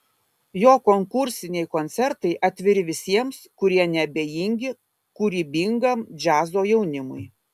jo konkursiniai koncertai atviri visiems kurie neabejingi kūrybingam džiazo jaunimui